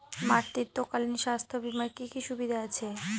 মাতৃত্বকালীন স্বাস্থ্য বীমার কি কি সুবিধে আছে?